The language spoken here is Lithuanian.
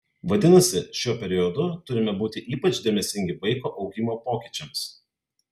vadinasi šiuo periodu turime būti ypač dėmesingi vaiko augimo pokyčiams